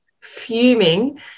fuming